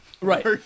right